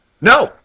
No